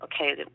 okay